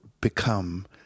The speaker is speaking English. become